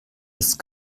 ist